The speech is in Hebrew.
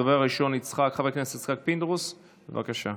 הדובר הראשון, חבר הכנסת יצחק פינדרוס, בבקשה.